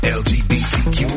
lgbtq